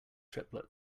triplet